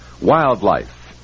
Wildlife